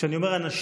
כשאני אומר אנשים,